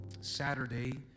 Saturday